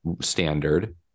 standard